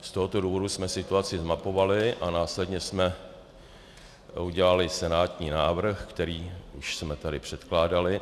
Z tohoto důvodu jsme situaci zmapovali a následně jsme udělali senátní návrh, který už jsme tady předkládali.